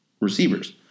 receivers